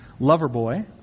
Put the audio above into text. Loverboy